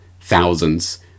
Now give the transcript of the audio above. thousands